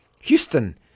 Houston